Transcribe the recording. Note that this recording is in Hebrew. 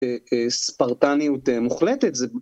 ספרטניות מוחלטת זה